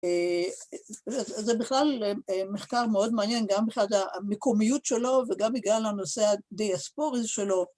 זה בכלל מחקר מאוד מעניין, גם מבחינת המקומיות שלו וגם בגלל הנושא הדיאספוריז שלו